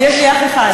יש לי אח אחד.